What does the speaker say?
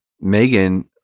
Megan